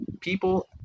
people